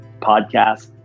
podcast